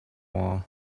wall